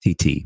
TT